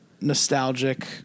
Nostalgic